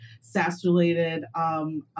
SaaS-related